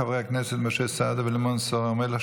חברי הכנסת משה סעדה ולימור סון הר מלך,